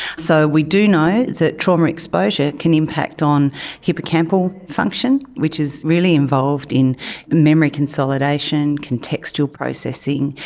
so we do know that trauma exposure can impact on hippocampal function, which is really involved in memory consolidation, contextual processing,